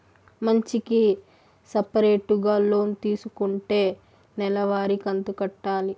మంచికి సపరేటుగా లోన్ తీసుకుంటే నెల వారి కంతు కట్టాలి